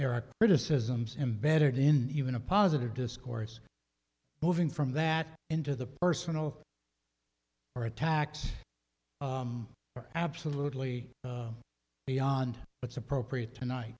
are criticisms imbedded in even a positive discourse moving from that into the personal or attacks are absolutely beyond what's appropriate tonight